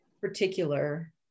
particular